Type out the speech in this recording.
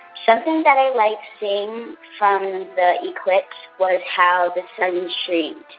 something that i liked seeing from the eclipse was how the sun streamed.